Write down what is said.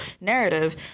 narrative